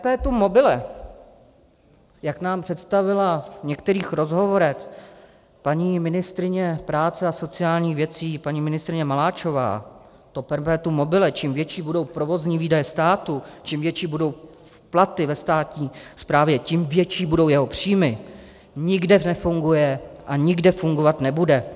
Perpetuum mobile, jak nám představila v některých rozhovorech paní ministryně práce a sociálních věcí paní ministryně Maláčová, to perpetuum mobile, čím větší budou provozní výdaje státu, tím větší budou platy ve státní správě, tím větší budou jeho příjmy, nikde nefunguje a nikde fungovat nebude.